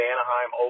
Anaheim